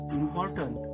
important